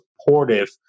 supportive